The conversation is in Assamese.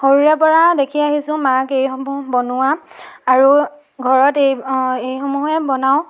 সৰুৰে পৰা দেখি আহিছোঁ মাক এইসমূহ বনোৱা আৰু ঘৰত এই এইসমূহেই বনাওঁ